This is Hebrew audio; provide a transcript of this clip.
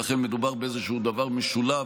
ולכן מדובר באיזשהו דבר משולב,